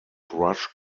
brush